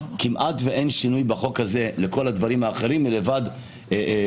כמעט ואין שינוי בחוק הזה לבד מההערות,